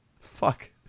Fuck